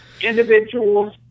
individuals